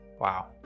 Wow